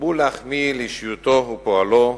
הרבו להחמיא לאישיותו ופועלו,